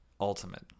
ultimate